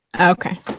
Okay